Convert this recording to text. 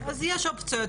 אז יש אופציות,